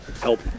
help